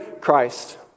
Christ